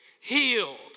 healed